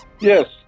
yes